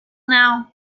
now